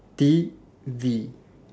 T_V